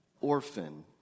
orphan